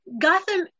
gotham